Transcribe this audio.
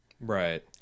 Right